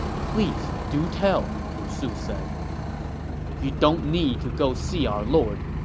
please do tell, lu su said you don't need to go see our lord.